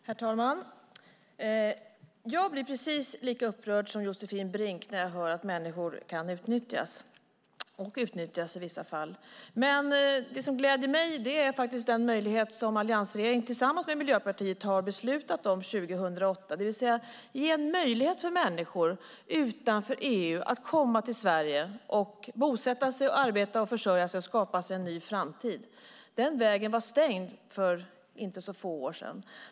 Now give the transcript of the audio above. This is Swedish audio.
Herr talman! Jag blir precis lika upprörd som Josefin Brink när jag hör att människor kan utnyttjas och i vissa fall också utnyttjas. Men det som gläder mig är det som alliansregeringen tillsammans med Miljöpartiet beslutade om 2008, det vill säga en möjlighet för människor utanför EU att komma till Sverige, bosätta sig, arbeta, försörja sig och skapa sig en ny framtid. Den vägen var stängd för inte så få år sedan.